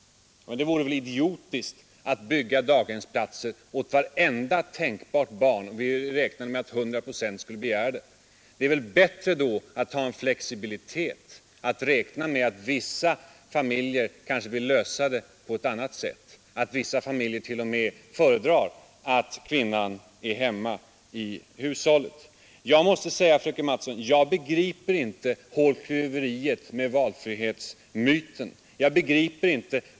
Men det vore väl idiotiskt att bygga daghemsplatser åt vartenda barn och räkna med att hundra procent av föräldrarna skulle begära det. Det är väl bättre med en flexibilitet, att räkna med att vissa familjer vill lösa barntillsynsfrågan på ett annat sätt och att vissa familjer kanske t.o.m. föredrar att kvinnan är hemma i hushållet. Jag måste säga till fröken Mattson att jag inte begriper hårklyveriet med valfrihetsmyten.